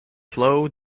slow